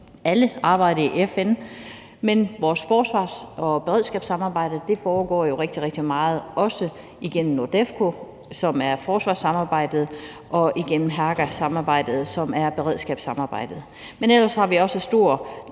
alle arbejder i FN, men vores forsvars- og beredskabssamarbejde foregår jo også rigtig meget igennem NORDEFCO, som er forsvarssamarbejdet, og igennem Hagasamarbejdet, som er beredskabssamarbejdet. Men ellers har vi også en